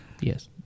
Yes